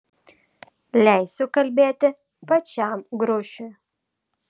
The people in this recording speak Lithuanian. leisiu kalbėti pačiam grušiui